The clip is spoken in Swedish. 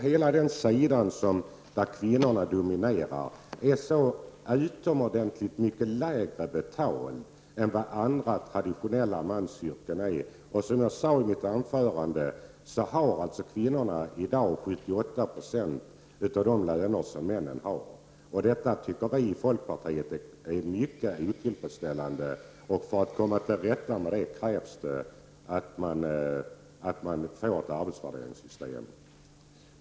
Hela det område som domineras av kvinnorna är utomordentligt mycket lägre betalt än de traditionella mansyrkena. Som jag sade i mitt anförande är kvinnornas löner i dag 78 9o av männens, och det tycker vi i folkpartiet är mycket otillfredsställande. För att komma till rätta med det krävs att man gör upp ett arbetsvärderingssystem.